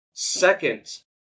Second